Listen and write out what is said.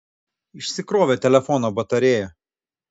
išsikrovė telefono batarėja